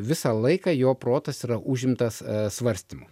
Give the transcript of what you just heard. visą laiką jo protas yra užimtas svarstymu